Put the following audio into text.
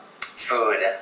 food